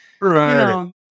Right